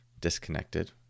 disconnected